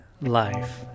Life